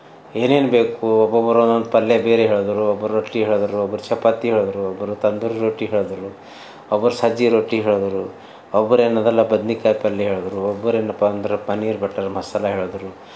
ಏನೇನು ಬೇಕು ಒಬ್ಬೊಬ್ರು ಒಂದೊಂದು ಪಲ್ಯ ಬೇರೆ ಹೇಳಿದರು ಒಬ್ಬರು ರೊಟ್ಟಿ ಹೇಳಿದರು ಒಬ್ಬರು ಚಪಾತಿ ಹೇಳಿದರು ಒಬ್ಬರು ತಂದೂರಿ ರೊಟ್ಟಿ ಹೇಳಿದರು ಒಬ್ರು ಸಜ್ಜಿಗೆ ರೊಟ್ಟಿ ಹೇಳಿದರು ಒಬ್ಬರು ಏನದಲ್ಲ ಬದನೇ ಕಾಯಿ ಪಲ್ಯ ಹೇಳಿದರು ಒಬ್ರು ಏನಪ್ಪ ಅಂದ್ರೆ ಪನ್ನೀರ್ ಬಟರ್ ಮಸಾಲ ಹೇಳಿದರು